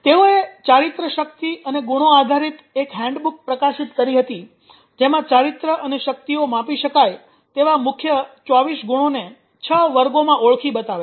તેઓએ ચારિત્ર્ય શક્તિ અને ગુણો આધારિત એક હેન્ડ બુક પ્રકાશિત કરી હતી જેમાં ચારિત્ર્ય અને શક્તિઓ માપી શકાય તેવા મુખ્ય 24 ગુણોને છ વર્ગોમાં ઓળખી બતાવે છે